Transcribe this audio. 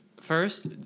First